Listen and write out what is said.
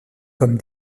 comme